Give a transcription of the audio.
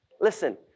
Listen